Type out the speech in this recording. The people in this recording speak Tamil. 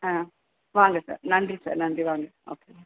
ஆ வாங்க சார் நன்றி சார் நன்றி வாங்க ஓகேங்க